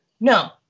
No